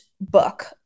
book